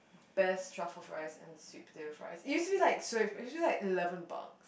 best truffle fries and sweet potato fries it used to be like so expensive usually like eleven bucks